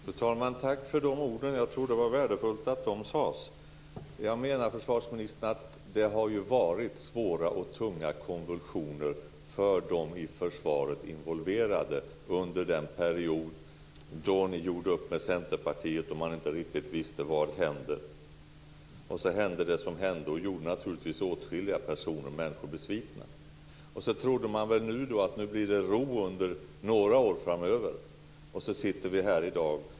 Fru talman! Tack för de orden. Jag tror att det var värdefullt att de sades. Jag menar, försvarsministern, att det har varit svåra och tunga konvulsioner för de i försvaret involverade under den period då ni gjorde upp med Centerpartiet och man inte riktigt visste vad som skulle hända. Och så hände det som hände och gjorde naturligtvis åtskilliga människor besvikna. Nu trodde man väl att det skulle bli ro under några år framöver, och så sitter vi här i dag.